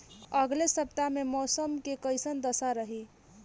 अलगे सपतआह में मौसम के कइसन दशा रही?